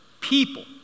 people